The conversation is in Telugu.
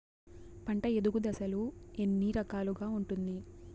పంట ఎదుగు దశలు ఎన్ని రకాలుగా ఉంటుంది?